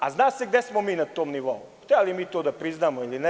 A zna se gde smo mi na tom nivou, hteli mi to da priznamo ili ne.